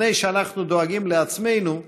לפני שאנחנו דואגים לעצמנו,